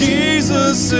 Jesus